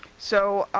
so